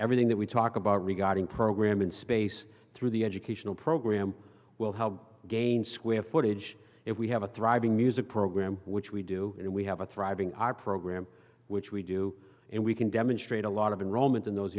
everything that we talk about regarding program in space through the educational program will help gain square footage if we have a thriving music program which we do and we have a thriving our program which we do and we can demonstrate a lot of enrollment in those